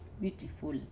beautiful